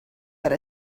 per